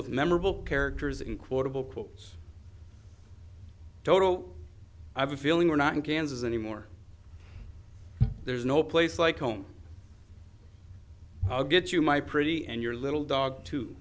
with memorable characters in quotable quotes total i have a feeling we're not in kansas anymore there's no place like home i'll get you my pretty and your little dog to